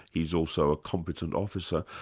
he's also a competent officer.